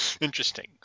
Interesting